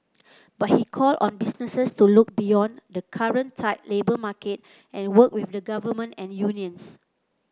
but he called on businesses to look beyond the current tight labour market and work with the Government and unions